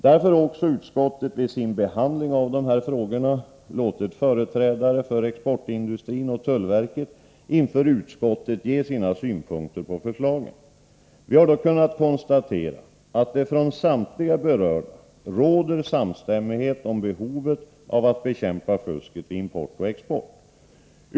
Därför har utskottet vid sin behandling av dessa frågor låtit företrädare för exportindustrin och tullverket inför utskottet ge sina synpunkter på förslagen. Vi har då kunnat konstatera att det hos samtliga berörda råder samstämmighet om behovet av att bekämpa fusket vid import och export.